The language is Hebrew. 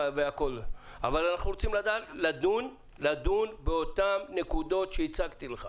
אבל אנחנו רוצים לדון באותן נקודות שהצגתי לך.